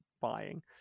buying